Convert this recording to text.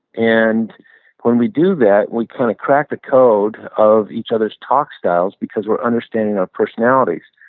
and when we do that, we kind of crack the code of each other's talk styles because we're understanding our personalities.